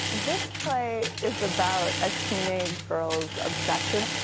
this play is about a teenage girl's obsession.